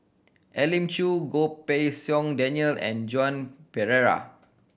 Elim Chew Goh Pei Siong Daniel and Joan Pereira